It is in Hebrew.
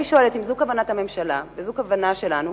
אני שואלת: אם זו כוונת הממשלה וזו הכוונה שלנו,